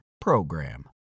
PROGRAM